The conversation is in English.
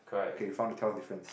okay found to tell difference